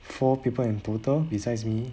four people in total besides me